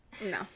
no